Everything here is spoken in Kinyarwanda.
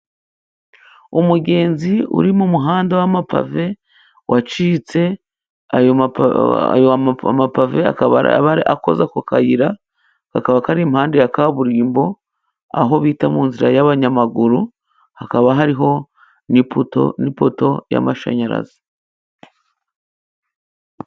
Umugenzi uri mu muhanda w'amapave, wacitse, ayo mapave akaba akoze ako kayira, kakaba kari iruhande rwa kaburimbo, aho bita mu nzira y'abanyamaguru, hakaba hariho n'ipoto y'amashanyarazi.